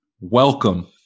welcome